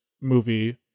movie